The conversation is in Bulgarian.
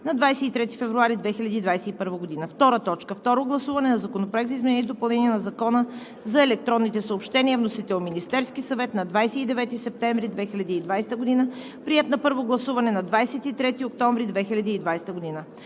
на 23 февруари 2021 г. 2. Второ гласуване на Законопроекта за изменение и допълнение на Закона за електронните съобщения. Вносител – Министерският съвет, на 28 септември 2020 г. Приет на първо гласуване на 23 октомври 2020 г.